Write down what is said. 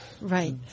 right